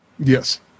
Yes